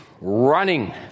running